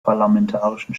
parlamentarischen